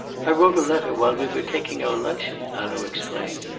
i wrote a letter while we were taking our luncheon, hanaud explained.